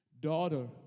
Daughter